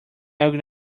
arguing